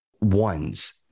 ones